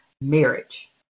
marriage